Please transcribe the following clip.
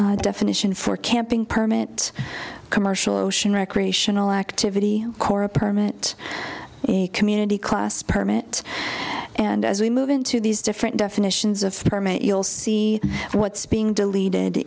definition for camping permanent commercial ocean recreational activity corps a permanent community class permit and as we move into these different definitions of permit you'll see what's being deleted